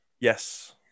Yes